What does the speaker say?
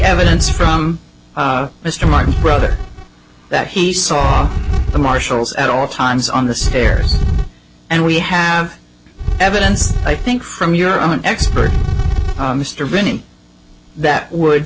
evidence from mr martin's brother that he saw the marshals at all times on the stairs and we have evidence i think from your own expert mr vinnie that would